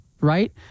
right